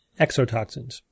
exotoxins